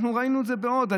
אנחנו ראינו את זה בעוד דברים.